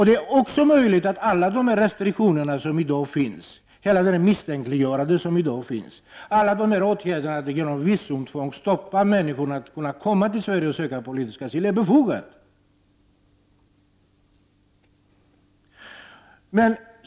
Det är också möjligt att alla de restriktioner som i dag finns, allt det misstänkliggörande som i dag finns, visumtvång osv. som stoppar människor att komma till Sverige och söka politisk asyl är befogade.